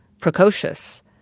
precocious